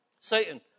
Satan